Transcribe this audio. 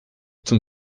zum